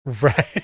right